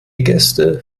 gäste